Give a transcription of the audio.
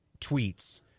tweets